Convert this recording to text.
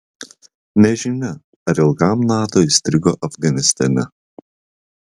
nežinia ar ilgam nato įstrigo afganistane